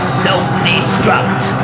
self-destruct